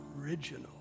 original